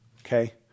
okay